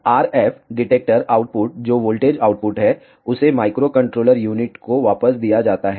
RF detector output जो voltage output है उसे माइक्रोकंट्रोलर यूनिट को वापस दिया जाता है